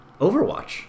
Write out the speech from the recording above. Overwatch